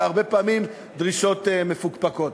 אלא הרבה פעמים דרישות מפוקפקות.